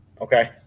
Okay